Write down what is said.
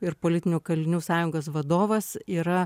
ir politinių kalinių sąjungos vadovas yra